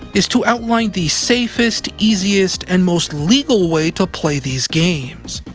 is to outline the safest, easiest, and most legal way to play these games.